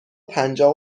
پنجاه